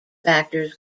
factors